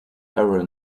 ever